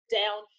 down